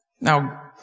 Now